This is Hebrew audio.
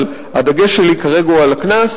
אבל הדגש שלי כרגע הוא על הקנס,